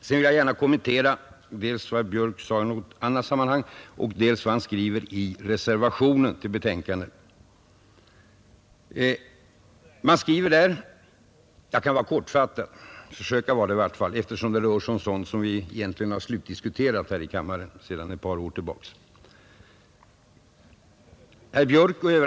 Sedan vill jag gärna kommentera dels vad herr Björk sade nyss, dels vad herr Björk och övriga reservanter skriver i reservationen till utskottsbetänkandet. Jag skall försöka vara kortfattad, eftersom det rör sig om sådant som vi egentligen borde ha slutdiskuterat här i kammaren sedan ett par år tillbaka.